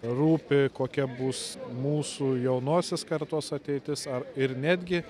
rūpi kokia bus mūsų jaunosios kartos ateitis ar ir netgi